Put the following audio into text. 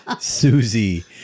Susie